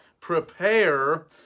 Prepare